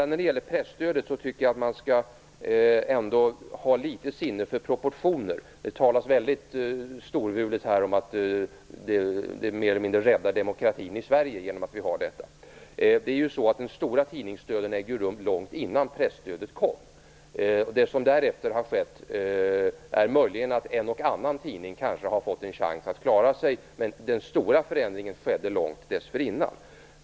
När det gäller presstödet tycker jag att man skall ha litet sinne för proportioner. Det talas storvulet här om att vi mer eller mindre räddar demokratin i Sverige genom att vi har presstöd. Den stora tidningsdöden ägde rum långt innan presstödet kom. Det som därefter har skett är möjligen att en och annan tidning kanske har fått en chans att klara sig. Men den stora förändringen skedde långt dessförinnan.